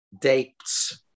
dates